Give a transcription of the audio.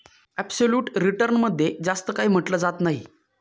absolute return मध्ये जास्त काही म्हटलं जात नाही